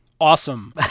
Awesome